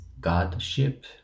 Godship